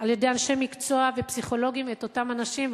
על-ידי אנשי מקצוע ופסיכולוגים את אותם אנשים,